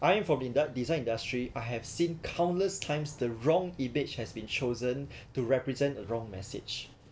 I am from indus~ design industry I have seen countless times the wrong image has been chosen to represent a wrong message